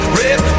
rip